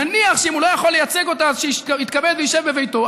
אם הוא לא יכול לייצג אותה, שיתכבד וישב בביתו.